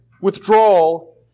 withdrawal